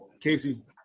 Casey